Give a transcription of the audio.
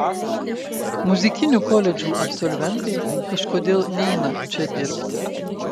muzikinių koledžų absolventai kažkodėl neina čia dirbti